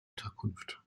unterkunft